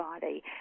body